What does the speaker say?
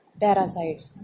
parasites